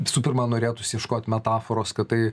visų pirma norėtųs ieškot metaforos kad tai